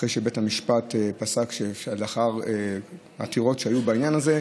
אחרי שבית המשפט פסק לאחר עתירות שהיו בעניין הזה.